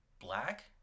black